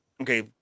Okay